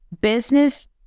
business